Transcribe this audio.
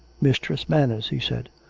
mistress manners, he said,